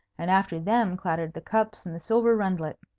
and after them clattered the cups and the silver rundlet.